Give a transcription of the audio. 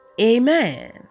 amen